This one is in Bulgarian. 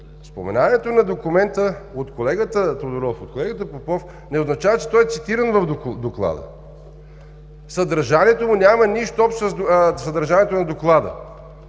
споменаването на документа от колегата Тодоров, от колегата Попов, не означава, че той е цитиран в Доклада. Съдържанието му няма нищо общо със съдържанието на Доклада.